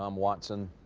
um watson